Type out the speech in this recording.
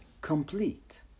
complete